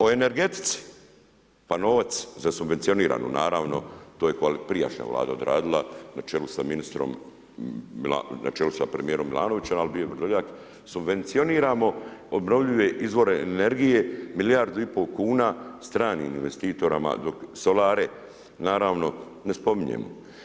O energetici, pa novac za subvencionirano, naravno, to je prijašnja Vlada odradila na čelu sa ministrom, na čelu sa premjerom Milanovićem, ali bio je Vrdoljak, subvencioniramo obnovljive izvore energije, milijardu i pol kuna stranim investitorima, dok solare naravno ne spominjemo.